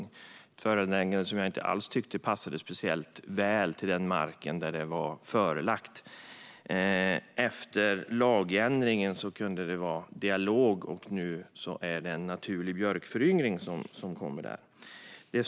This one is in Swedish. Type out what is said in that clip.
Det var ett föreläggande som jag inte alls tyckte passade speciellt väl för den mark som det gällde. Efter lagändringen kunde det ske en dialog, och nu är det en naturlig björkföryngring som kommer på marken.